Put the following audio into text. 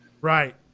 Right